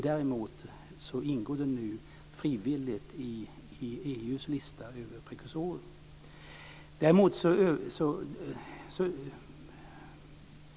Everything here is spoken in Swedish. Däremot är den nu frivilligt upptagen på EU:s lista över prekursorer.